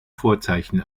vorzeichen